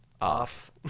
off